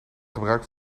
gebruik